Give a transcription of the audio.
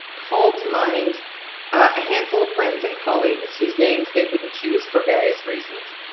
call to mind a handful of friends and colleagues whose names they wouldn't choose for various reasons,